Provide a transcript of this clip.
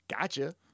Gotcha